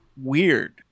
weird